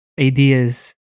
ideas